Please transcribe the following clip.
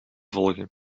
volgen